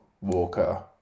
Walker